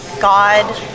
God